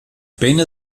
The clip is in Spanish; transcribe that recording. peine